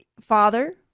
father